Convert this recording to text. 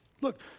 Look